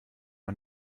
man